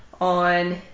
on